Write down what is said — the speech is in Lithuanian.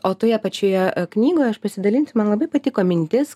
o toje pačioje knygoje aš pasidalinsiu man labai patiko mintis